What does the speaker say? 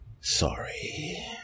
Sorry